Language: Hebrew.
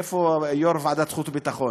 איפה יו"ר ועדת החוץ והביטחון?